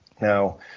Now